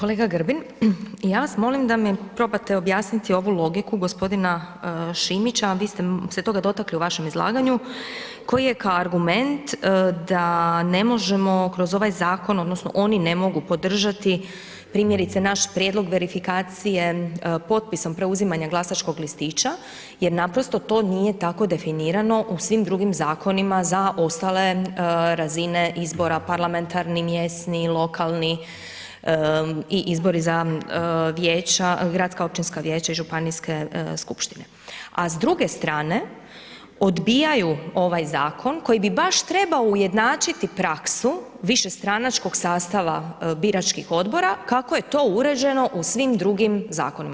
Kolega Grbin, ja vas molim da mi probate objasniti ovu logiku gospodina Šimića, a vi ste se toga dotakli u vašem izlaganju koji je kao argument da ne možemo kroz ovaj zakon odnosno oni ne mogu podržati primjerice naš prijedlog verifikacije potpisom preuzimanja glasačkog listića jer naprosto to nije tako definirano u svim drugim zakonima za ostale razine izbora parlamentarni, mjesni, lokalni i izbori za vijeća, gradska općinska vijeća i županijske skupštine a s druge strane odbijaju ovaj zakon koji bi baš trebao ujednačiti praksu višestranačkog sastava biračkih odbora kako je to uređeno u svim drugim zakonima.